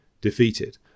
defeated